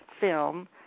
film